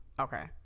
Okay